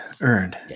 earned